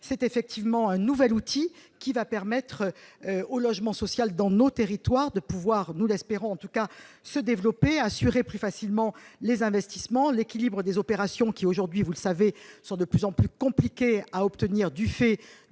c'est effectivement un nouvel outil qui va permettre au logement social dans nos territoires, de pouvoir nous l'espérons, en tout cas se développer assurer plus facilement les investissements, l'équilibre des opérations qui, aujourd'hui, vous le savez, sont de plus en plus compliqué à obtenir du fait